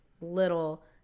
little